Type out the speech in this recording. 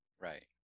Right